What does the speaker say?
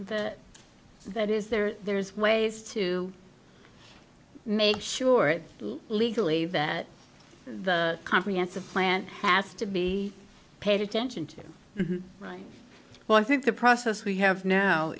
that is there there's ways to make sure it legally that the comprehensive plan has to be paid attention to right well i think the process we have now